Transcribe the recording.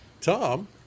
tom